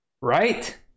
Right